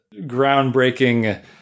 groundbreaking